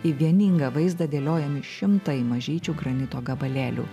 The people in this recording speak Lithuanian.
į vieningą vaizdą dėliojami šimtai mažyčių granito gabalėlių